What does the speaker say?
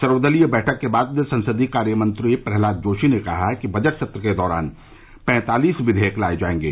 सर्वदलीय बैठक के बाद संसदीय कार्यमंत्री प्रह्लाद जोशी ने कहा कि बजट सत्र के दौरान पैंतालिस विधेयक लाए जाएंगे